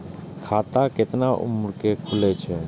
खाता केतना उम्र के खुले छै?